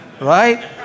Right